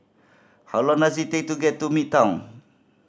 how long does it take to get to Midtown